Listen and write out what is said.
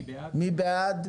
מי בעד?